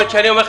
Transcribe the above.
3 נמנעים,